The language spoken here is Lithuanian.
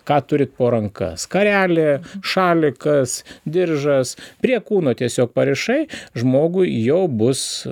ką turit po ranka skarelė šalikas diržas prie kūno tiesiog parišai žmogui jau bus